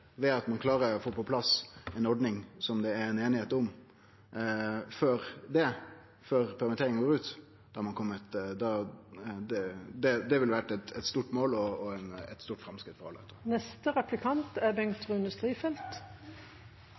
ved at ein får på plass ei ordning som det er einigheit om, før permitteringane går ut, vil det vil vere eit stort mål og eit stort framsteg for alle. Reiselivet er